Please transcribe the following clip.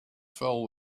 fell